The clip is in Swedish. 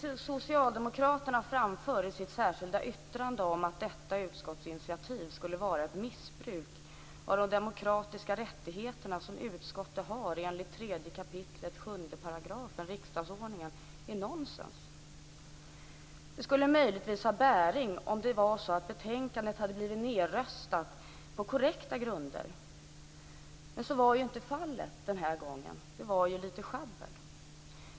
Det socialdemokraterna framför i sitt särskilda yttrande, att detta utskottsinitiativ skulle vara ett missbruk av de demokratiska rättigheter som utskottet har enligt 3 kap. 7 § riksdagsordningen, är nonsens. Det skulle möjligtvis ha bäring om betänkandet hade blivit nedröstat på korrekta grunder. Men så var inte fallet den här gången. Det var ju lite schabbel.